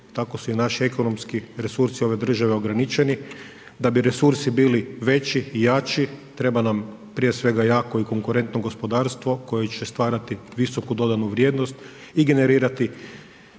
tako su i naši ekonomski resursi ove države ograničeni. Da bi resursi bili veći i jači, treba nam prije svega jako i konkurentno gospodarstvo koje će stvarati visoku dodanu vrijednost i generirati